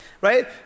right